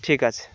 ঠিক আছে